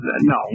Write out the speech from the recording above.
No